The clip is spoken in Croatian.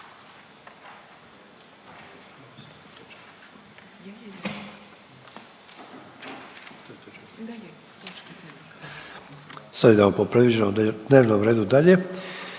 Sad idemo po predviđenom dnevnom redu dalje,